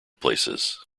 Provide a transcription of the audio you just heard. places